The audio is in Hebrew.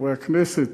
חברי הכנסת,